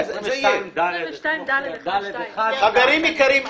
--- חברים יקרים,